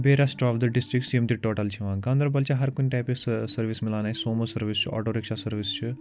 بیٚیہِ rest of the districts یِم تہِ ٹوٹَل چھِ یِوان گانٛدَربَل چھِ ہرکُنہِ ٹایپٕچ سٔہ سٔرِوِس مِلان اَسہِ سومو سٔروِس چھُ آٹو رِکشا سٔروِس چھِ